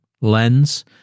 lens